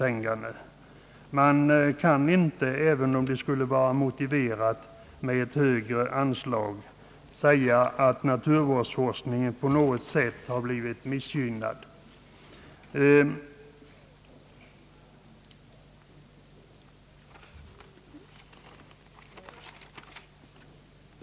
Även om det skulle vara motiverat med ett högre anslag, kan man inte säga att naturvårdsforskningen på något sätt har blivit missgynnad.